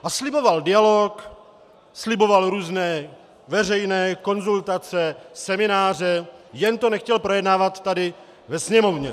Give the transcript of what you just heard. A sliboval dialog, sliboval různé veřejné konzultace, semináře, jen to nechtěl projednávat tady ve Sněmovně.